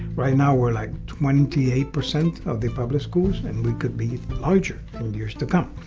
right now, we're like twenty eight percent of the public schools. and we could be larger in years to come.